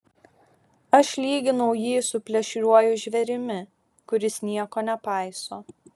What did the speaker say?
aš lyginau jį su plėšriuoju žvėrimi kuris nieko nepaiso